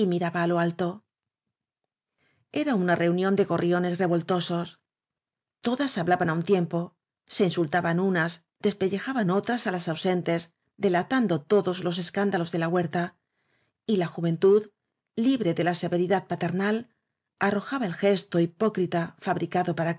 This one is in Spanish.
miraba á lo alto era una reunión de gorriones revoltosos odas hablaban á un tiempo se insultaban unas despellejaban otras á los ausentes delatando to dos los escándalos de la huerta y la juventud libre déla severidad paternal arrojaba el gesto hipó crita fabricado para